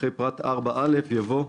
אחרי פרט 4א יבוא: